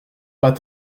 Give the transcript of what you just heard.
pas